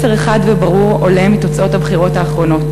מסר אחד וברור עולה מתוצאות הבחירות האחרונות,